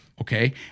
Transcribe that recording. Okay